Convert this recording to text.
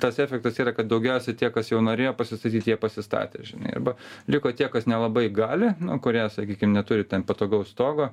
tas efektas yra kad daugiausia tie kas jau norėjo pasistatyt jie pasistatė žinai arba liko tie kas nelabai gali kurie sakykim neturi patogaus stogo